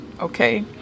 Okay